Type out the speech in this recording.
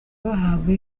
bahabwa